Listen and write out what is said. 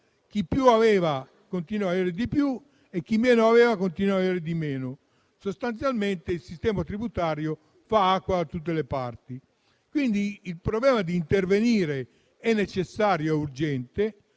chi più aveva continua ad avere di più e chi meno aveva continua ad avere di meno; sostanzialmente, il sistema tributario fa acqua da tutte le parti. Intervenire è quindi necessario e urgente,